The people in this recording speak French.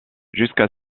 jusqu’à